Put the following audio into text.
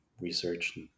research